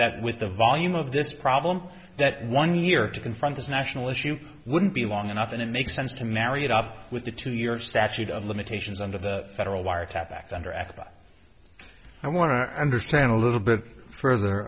that with the volume of this problem that one year to confront this national issue wouldn't be long enough and it makes sense to marry it up with a two year statute of limitations under the federal wiretap act under act but i want to understand a little bit further